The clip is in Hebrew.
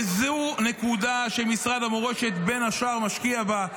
זו נקודה שמשרד המורשת, בין השאר, משקיע בה.